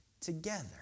together